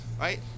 right